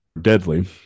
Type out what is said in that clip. deadly